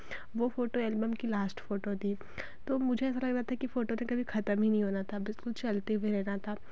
वह photo album की last photo थी तो मुझे ऐसा लग रहा था कि फ़ोटो ने कभी ख़त्म ही नहीं होना था चलते हुए रहना था